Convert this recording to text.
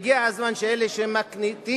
והגיע הזמן שאלה שמקניטים,